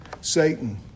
Satan